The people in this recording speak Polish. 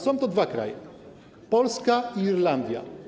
Są to dwa kraje - Polska i Irlandia.